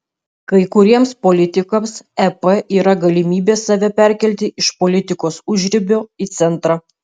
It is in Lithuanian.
kai kuriems politikams ep yra galimybė save perkelti iš politikos užribio į centrą